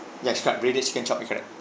ya breaded chicken chop correct